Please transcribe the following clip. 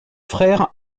frères